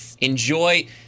enjoy